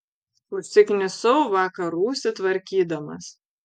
užsiknisau vakar rūsį tvarkydamas